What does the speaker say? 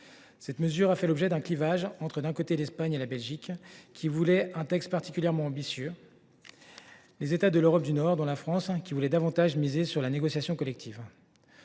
Cette mesure a fait l’objet d’un clivage entre, d’un côté, l’Espagne et la Belgique, qui voulaient un texte particulièrement ambitieux, et, de l’autre, les États de l’Europe du Nord, ainsi que la France, qui souhaitaient davantage miser sur la négociation collective.